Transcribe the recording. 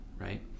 right